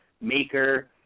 maker